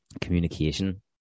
communication